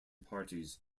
parties